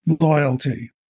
loyalty